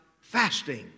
fasting